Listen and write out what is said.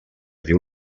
diu